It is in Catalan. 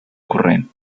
corrent